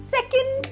Second